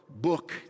book